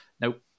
Nope